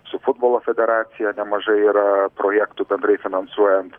su futbolo federacija nemažai yra projektų bendrai finansuojant